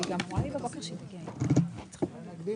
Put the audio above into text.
נתחיל